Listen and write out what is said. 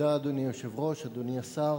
אדוני היושב-ראש, תודה, אדוני השר,